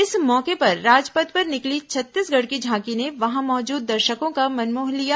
इस मौके पर राजपथ पर निकली छत्तीसगढ़ की झांकी ने वहां मौजूद दर्शकों का मन मोह लिया